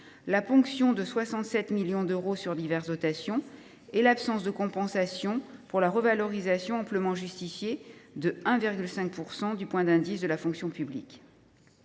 la ponction de 67 millions d’euros sur diverses dotations et l’absence de compensation de la revalorisation, amplement justifiée, de 1,5 % de la valeur du point d’indice de la fonction publique.